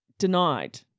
denied